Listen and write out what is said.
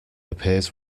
appears